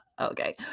okay